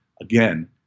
Again